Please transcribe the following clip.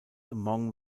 among